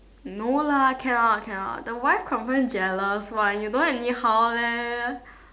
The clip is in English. no lah cannot cannot the wife confirm jealous one you don't anyhow leh